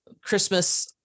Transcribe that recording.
christmas